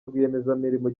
rwiyemezamirimo